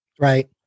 right